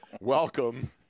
welcome